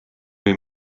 või